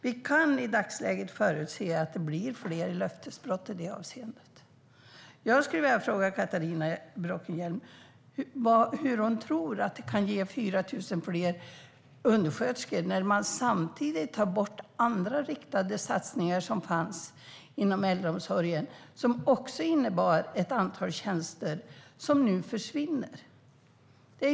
Vi kan i dagsläget förutse att det blir fler löftesbrott i det avseendet. Jag skulle vilja fråga Catharina Bråkenhielm hur hon tror att det kan ge 4 000 fler undersköterskor när man samtidigt tar bort andra riktade satsningar som fanns inom äldreomsorgen, vilka innebar ett antal tjänster som nu försvinner.